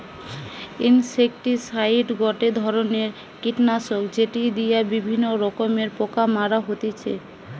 insecticide গটে ধরণের কীটনাশক যেটি দিয়া বিভিন্ন রকমের পোকা মারা হতিছে